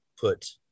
put